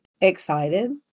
excited